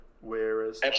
Whereas